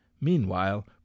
Meanwhile